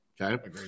Okay